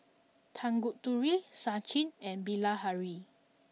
Tanguturi Sachin and Bilahari